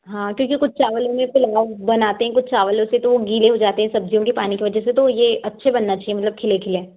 हाँ क्योंकि कुछ चावल मेरे को लगा बनाते हैं कुछ चावलों से तो वो गीले हो जाते हैं सब्जियों के पानी की वजह से तो ये अच्छे बनना चाहिए मतलब खिले खिले